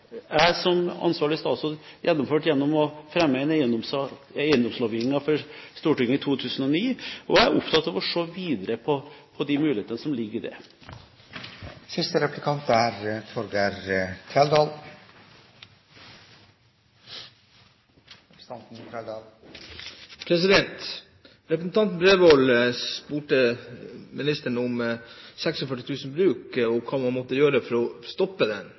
jeg som ansvarlig statsråd gjennomført gjennom å fremme en eiendomslovgivning for Stortinget i 2009, og jeg er opptatt av å se videre på de mulighetene som ligger der. Representanten Bredvold spurte ministeren om 35 000 tomme bruk og hva man måtte gjøre for å stoppe den